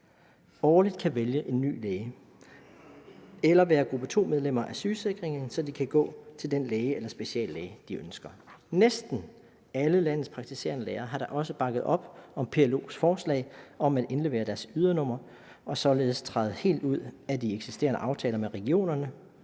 årligt kan vælge en ny læge eller vælge at være gruppe 2-medlemmer af sygesikringen, så de kan gå til den læge eller speciallæge, de ønsker. Næsten alle landets praktiserende læger har da også bakket op om PLO's forslag om at indlevere deres ydernumre og således træde helt ud af de eksisterende aftaler med regionerne,